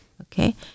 Okay